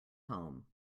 home